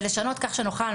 ולשנות כך שנוכל,